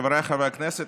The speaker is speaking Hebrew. חבריי חברי הכנסת,